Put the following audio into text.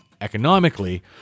economically